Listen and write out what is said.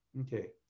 Okay